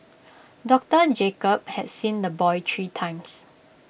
doctor Jacob had seen the boy three times